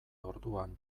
orduan